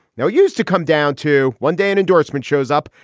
now, i used to come down to one day and endorsement shows up.